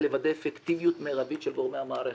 לוודא אפקטיביות מרבית של גורמי המערכת.